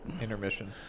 Intermission